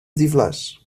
ddiflas